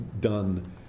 done